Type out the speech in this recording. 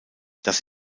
das